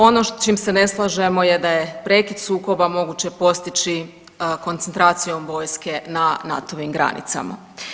Ono s čim se ne slažemo je da je prekid sukoba moguće postići koncentracijom vojske na NATO-vim granicama.